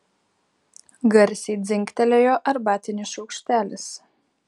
garsiai dzingtelėjo arbatinis šaukštelis